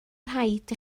rhaid